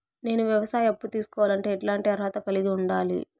నేను వ్యవసాయ అప్పు తీసుకోవాలంటే ఎట్లాంటి అర్హత కలిగి ఉండాలి?